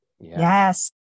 Yes